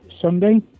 Sunday